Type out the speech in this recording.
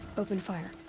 open fire.